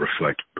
reflect